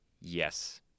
Yes